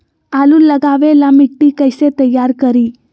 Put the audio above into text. आलु लगावे ला मिट्टी कैसे तैयार करी?